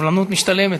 הסבלנות משתלמת.